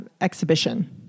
exhibition